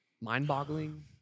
Mind-boggling